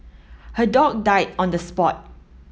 her dog died on the spot